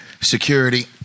security